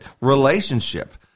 relationship